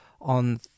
on